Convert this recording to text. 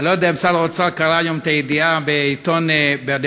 אני לא יודע אם שר האוצר קרא היום את הידיעה בעיתון "דה-מרקר"